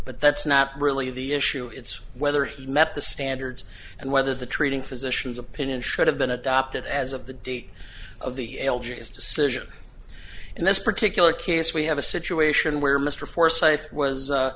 but that's not really the issue it's whether he met the standards and whether the treating physicians opinion should have been adopted as of the date of the l g s decision in this particular case we have a situation where mr forsyth was